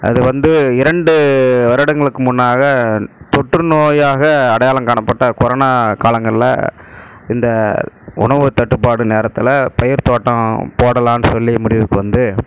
அது வந்து இரண்டு வருடங்களுக்கு முன்னால் தொற்றுநோயாக அடையாளம் காணப்பட்ட கொரோனா காலங்களில் இந்த உணவு தட்டுப்பாடு நேரத்தில் பயிர் தோட்டம் போடலாம்னு சொல்லி முடிவுக்கு வந்து